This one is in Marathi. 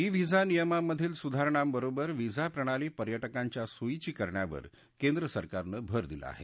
ई व्हिजा नियमांमधील सुधारणाबरोबर व्हिसा प्रणाली पर्यटकांच्या सोयीची करण्यावर केंद्र सरकारनं भर दिला आहे